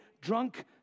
drunk